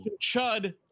Chud